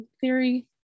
theory